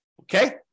Okay